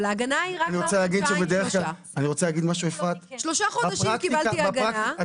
שלושה חודשים קיבלתי הגנה,